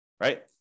right